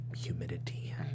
humidity